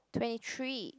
twenty three